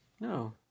No